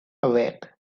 awake